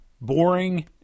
boring